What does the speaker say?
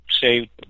say